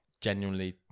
genuinely